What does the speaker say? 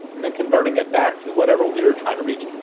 and then converting it back to whatever we were trying to reach,